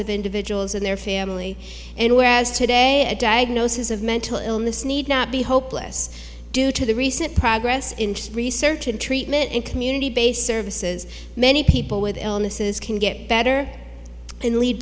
of individuals in their family and whereas today a diagnosis of mental illness need not be hopeless due to the recent progress in research and treatment and community based services many people with illnesses can get better and lead